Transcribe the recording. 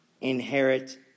inherit